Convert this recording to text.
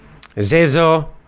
Zezo